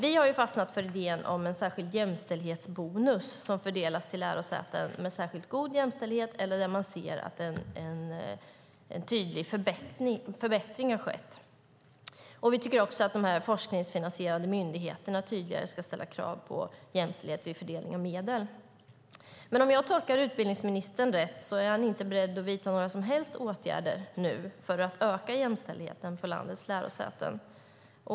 Vi har fastnat för idén om en särskild jämställdhetsbonus som fördelas till lärosäten med särskilt god jämställdhet eller där en tydlig förbättring skett. Vi tycker också att de forskningsfinansierade myndigheterna tydligare ska ställa krav på jämställdhet vid fördelning av medel. Tolkar jag utbildningsministern rätt är han inte beredd att vidta några som helst åtgärder för att öka jämställdheten på landets lärosäten.